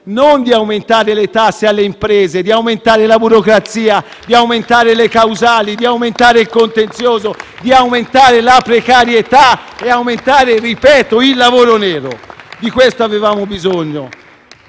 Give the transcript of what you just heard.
non di aumentare le tasse alle imprese, di aumentare la burocrazia, di aumentare le causali, di aumentare il contenzioso, di aumentare la precarietà e di aumentare, ripeto, il lavoro nero. *(Applausi dal Gruppo